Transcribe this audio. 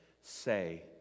say